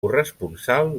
corresponsal